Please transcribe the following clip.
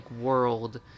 world